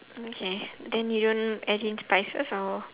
okay then you don't add in spices or